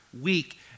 week